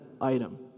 item